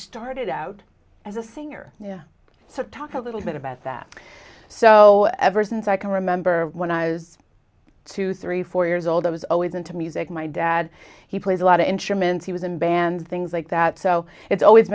started out as a singer so talk a little bit about that so ever since i can remember when i was two three four years old i was always into music my dad he played a lot of instruments he was in bands things like that so it's always